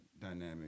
dynamic